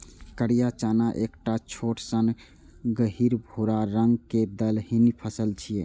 करिया चना एकटा छोट सन गहींर भूरा रंग के दलहनी फसल छियै